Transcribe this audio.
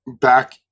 back